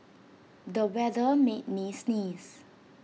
the weather made me sneeze